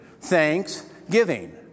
Thanksgiving